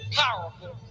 powerful